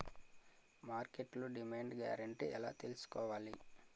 మార్కెట్లో demand guarantee ఎలా తెల్సుకోవాలి?